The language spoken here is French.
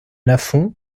lafond